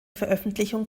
veröffentlichung